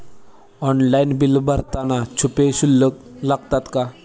Online bill भरताना छुपे शुल्क लागतात का?